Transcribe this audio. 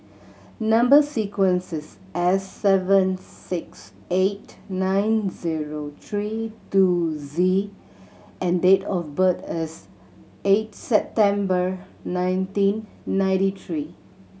number sequence is S seven six eight nine zero three two Z and date of birth is eight September nineteen ninety three